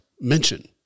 mention